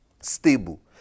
stable